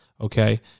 Okay